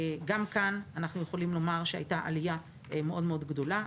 גם כאן אנחנו יכולים לומר שהיתה עלייה מאוד מאוד גדולה.